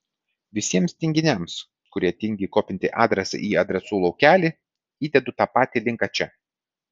visiems tinginiams kurie tingi kopinti adresą į adresų laukelį įdedu tą patį linką čia